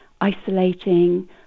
isolating